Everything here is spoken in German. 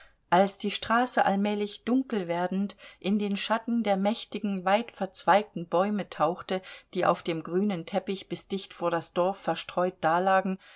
als die straße allmählich dunkel werdend in den schatten der mächtigen weitverzweigten bäume tauchte die auf dem grünen teppich bis dicht vor das dorf verstreut dalagen